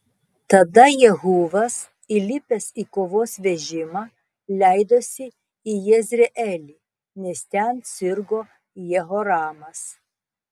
tada jehuvas įlipęs į kovos vežimą leidosi į jezreelį nes ten sirgo jehoramas